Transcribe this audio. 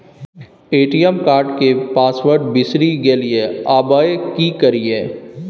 ATM card के password बिसरि गेलियै आबय की करियै?